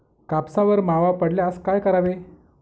कापसावर मावा पडल्यास काय करावे?